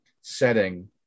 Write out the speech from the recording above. setting